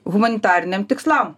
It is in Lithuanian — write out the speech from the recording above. humanitariniam tikslam